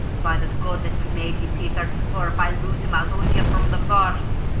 by the god that made ye, p thirty four, if i lose him i'll hound ye from the forrce!